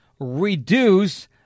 reduce